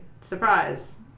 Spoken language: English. Surprise